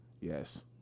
Yes